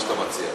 מה שאתה מציע,